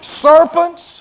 Serpents